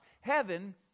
heaven